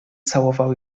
całował